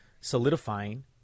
solidifying